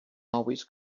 always